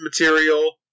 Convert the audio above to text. material